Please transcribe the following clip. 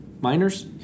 Miners